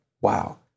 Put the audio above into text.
wow